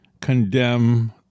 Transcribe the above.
condemn